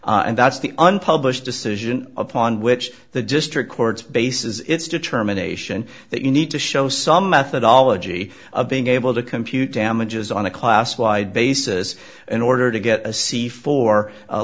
unpublished decision upon which the district courts bases its determination that you need to show some methodology of being able to compute damages on a class wide basis in order to get a c for